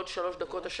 שתהיה בעוד שלוש דקות.